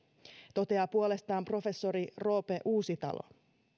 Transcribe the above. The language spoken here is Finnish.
toteaa puolestaan professori roope uusitalo